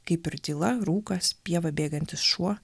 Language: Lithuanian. kaip ir tyla rūkas pieva bėgantis šuo